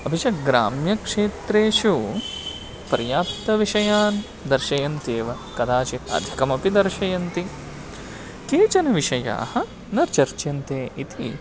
अपि च ग्राम्यक्षेत्रेषु पर्याप्त विषयान् दर्शयन्ति एव कदाचित् अधिकमपि दर्शयन्ति केचन विषयाः न चर्च्यन्ते इति